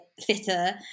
fitter